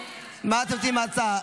--- מה אתם רוצים עם ההצעה?